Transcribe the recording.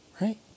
right